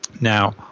Now